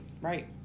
right